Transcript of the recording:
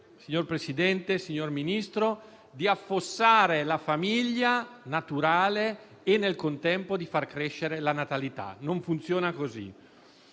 signor Presidente, signor Ministro, di affossare la famiglia naturale e, nel contempo, di far crescere la natalità. Non funziona così.